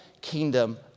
kingdom